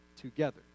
together